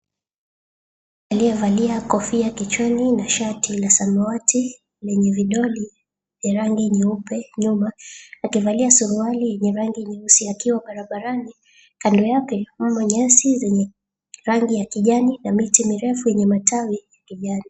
Aliyevalia kofia kichwani na shati la samawati lenye vidoli vya rangi nyeupe nyuma. Akivalia suruali yenye rangi nyeusi akiwa barabarani. Kando yake nyasi zenye rangi ya kijani na miti mirefu yenye matawi ya kijani.